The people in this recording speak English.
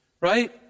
Right